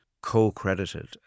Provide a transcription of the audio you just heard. co-credited